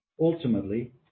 Ultimately